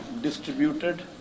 distributed